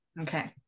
Okay